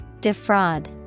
Defraud